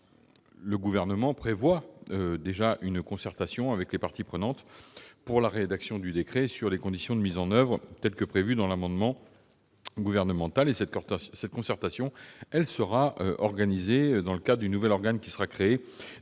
Nous avons déjà prévu une concertation avec les parties prenantes pour la rédaction du décret sur les conditions de mise en oeuvre, telles qu'elles sont prévues dans l'amendement gouvernemental. Cette concertation sera organisée dans le cadre du nouvel organisme qui sera créé